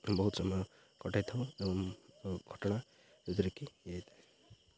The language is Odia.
ବହୁତ ସମୟ କଟାଇଥାଉ ଏବଂ ଘଟଣା ଯୋଉଥିରେ କିି ଇଏ ହେଇଥାଏ